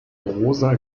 rosa